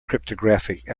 cryptographic